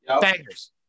Bangers